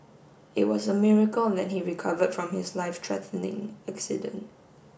it was a miracle that he recovered from his life threatening accident